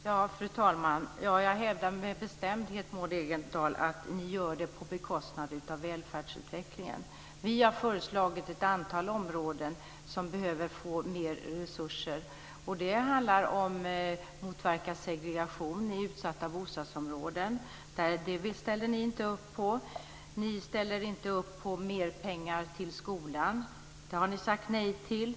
Fru talman! Jag hävdar med bestämdhet, Maud Ekendahl, att ni gör det här på bekostnad av välfärdsutvecklingen. Vi har föreslagit ett antal områden som behöver få mer resurser. Det handlar om att motverka segregation i utsatta bostadsområden. Det ställer ni inte upp på. Ni ställer inte upp på mer pengar till skolan; det har ni sagt nej till.